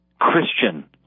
Christian